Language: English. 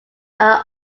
are